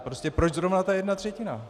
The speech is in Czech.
Prostě proč zrovna ta jedna třetina?